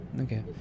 okay